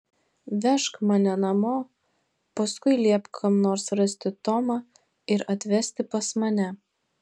vežk mane namo paskui liepk kam nors rasti tomą ir atvesti pas mane